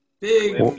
big